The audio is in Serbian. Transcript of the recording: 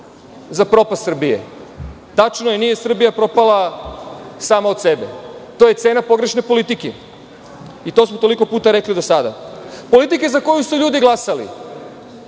za propast Srbije. Tačno je, nije Srbija propala samo od sebe. To je cena pogrešne politike i to smo toliko puta rekli do sada, politike za koju su ljudi glasali.Zašto